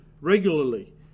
regularly